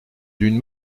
d’une